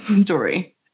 story